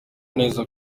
neza